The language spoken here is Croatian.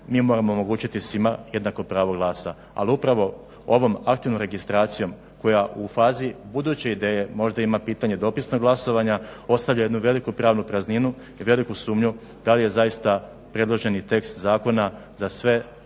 Mi moramo omogućiti svima jednako pravo glas. Ali upravo ovom aktivnom registracijom koja u fazi buduće ideje možda ima pitanje dopisnog glasovanja ostavlja jednu pravnu prazninu i veliku sumnju da li je zaista predloženi tekst zakona za sve